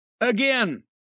again